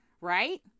right